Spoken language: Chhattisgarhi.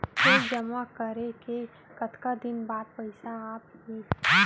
चेक जेमा करें के कतका दिन बाद पइसा आप ही?